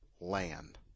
land